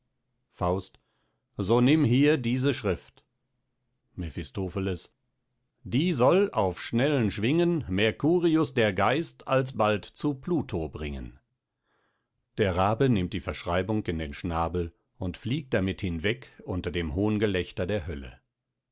faust so nimm hier diese schrift mephistopheles die soll auf schnellen schwingen mercurius der geist alsbald zu pluto bringen der rabe nimmt die verschreibung in den schnabel und fliegt damit hinweg unter dem hohngelächter der hölle